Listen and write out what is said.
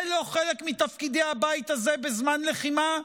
זה לא חלק מתפקידי הבית הזה בזמן לחימה,